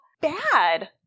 bad